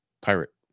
pirate